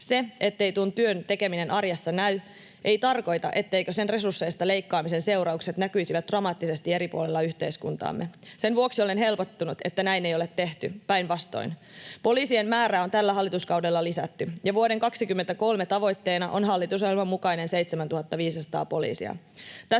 Se, ettei tuon työn tekeminen arjessa näy, ei tarkoita, etteivätkö sen resursseista leikkaamisen seuraukset näkyisi dramaattisesti eri puolilla yhteiskuntaamme. Sen vuoksi olen helpottunut, että näin ei ole tehty — päinvastoin. Poliisien määrää on tällä hallituskaudella lisätty, ja vuoden 2023 tavoitteena on hallitusohjelman mukainen 7 500 poliisia.